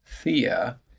Thea